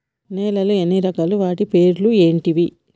నేలలు ఎన్ని రకాలు? వాటి పేర్లు ఏంటివి?